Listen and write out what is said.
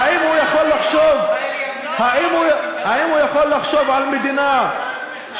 האם הוא יכול לחשוב על מדינה,